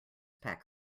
pack